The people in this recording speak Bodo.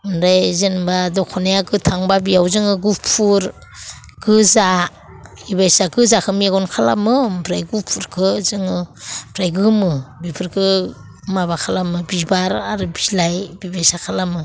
ओमफ्राय जेनेबा दख'नाया गोथां बा बेयाव जोङो गुफुर गोजा बेबायदिखौ मेगन खालामो ओमफ्राय गुफुरखौ जोङो फ्राइ गोमो बिफोरखौ माबा खालामो बिबार आरो बिलाइ बेबायदि खालामो